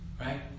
Right